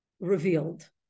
Revealed